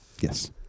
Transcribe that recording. Yes